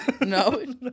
No